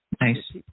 Nice